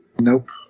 Nope